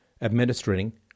administering